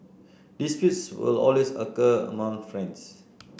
disputes will always occur among friends